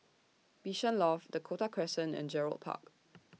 Bishan Loft Dakota Crescent and Gerald Park